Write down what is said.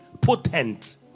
potent